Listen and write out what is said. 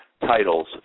titles